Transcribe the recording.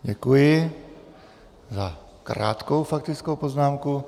Děkuji za krátkou faktickou poznámku.